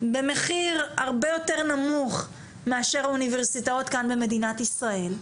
במחיר הרבה יותר נמוך מאשר האוניברסיטאות כאן במדינת ישראל,